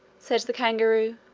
said the kangaroo,